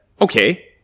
okay